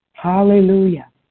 Hallelujah